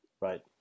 Right